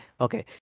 Okay